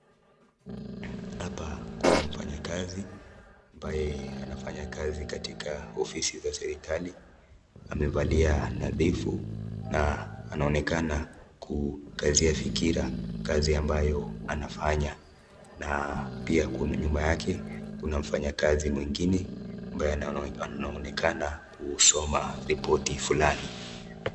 Hapa kuna mfanyikazi ambaye anafanya kazi katika ofisi za serikali . Amevalia nadhifu na anaonekana kukazia fikira kazi ambayo anafanya na pia nyuma yake kuna mfanyikazi mwingine ambaye anaonekana kusoma ripoti fulani.